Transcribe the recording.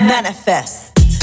Manifest